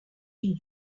fille